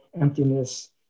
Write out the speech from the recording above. emptiness